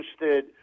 interested